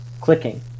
Clicking